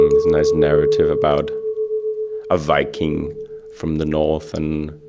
this nice narrative about a viking from the north, and